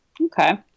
Okay